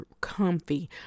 comfy